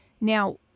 Now